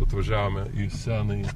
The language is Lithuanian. atvažiavome į senąjį